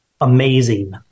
amazing